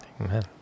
Amen